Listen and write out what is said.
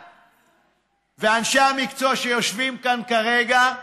ואנשי המקצוע שיושבים כאן כרגע: